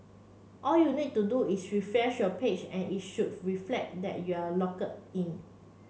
all you need to do is refresh your page and it should reflect that you are logged in